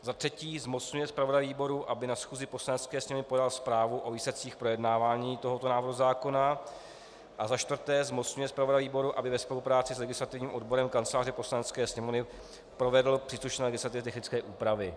Za třetí zmocňuje zpravodaje výboru, aby na schůzi Poslanecké sněmovny podal zprávu o výsledcích projednávání tohoto návrhu zákona, a za čtvrté zmocňuje zpravodaje výboru, aby ve spolupráci s legislativním odborem kanceláře Poslanecké sněmovny provedl příslušné legislativně technické úpravy.